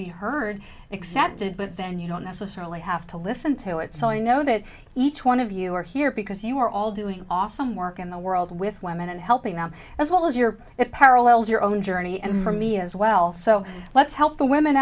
be heard excepted but then you don't necessarily have to listen to it so i know that each one of you are here because you are all doing awesome work in the world with women and helping them as well as your it parallels your own journey and for me as well so let's help the women